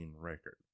record